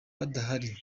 badahari